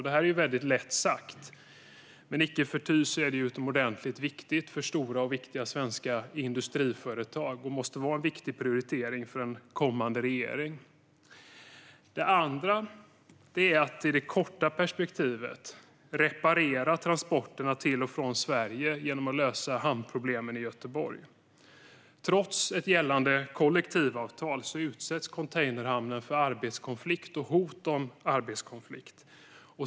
Det är lätt sagt, men icke förty är det utomordentligt viktigt för stora och viktiga svenska industriföretag. Det måste vara en prioritering för den kommande regeringen. Den andra slutsatsen är att man i det korta perspektivet behöver reparera transporterna till och från Sverige genom att lösa hamnproblemen i Göteborg. Trots gällande kollektivavtal utsätts containerhamnen för arbetskonflikt och hot om arbetskonflikt.